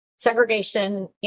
Segregation